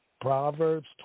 Proverbs